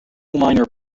minor